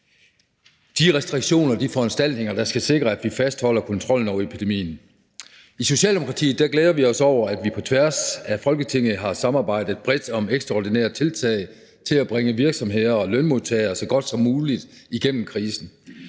de restriktioner og de foranstaltninger, der skal sikre, at vi fastholder kontrollen over epidemien. I Socialdemokratiet glæder vi os over, at vi på tværs af Folketinget har samarbejdet bredt om ekstraordinære tiltag til at bringe virksomheder og lønmodtagere så godt som muligt igennem krisen.